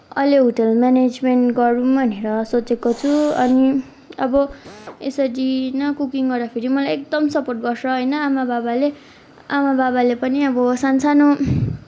अहिले hotel management गरौँ भनेर सोचेको छु अनि अब यसरी न कुकिङ गर्दाखेरि मलाई एकदम सपोर्ट गर्छ होइन आमा बाबाले आमा बाबाले पनि अब सानसानो